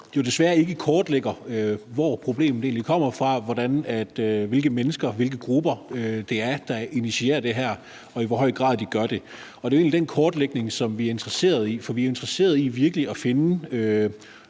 jo desværre ikke kortlægger, hvor problemet egentlig kommer fra, og hvilke mennesker og hvilke grupper det er, der initierer det her, og i hvor høj grad de gør det. Det er jo egentlig den kortlægning, som vi er interesseret i, for vi er interesseret i virkelig at finde